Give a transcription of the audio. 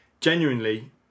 Genuinely